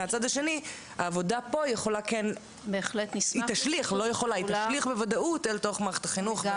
העבודה פה תשליך בוודאות אל תוך מערכת החינוך.